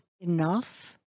enough